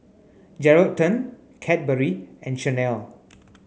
Geraldton Cadbury and Chanel